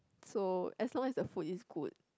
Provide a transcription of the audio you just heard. so as long as the food is good